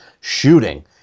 shooting